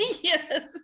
Yes